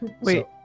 Wait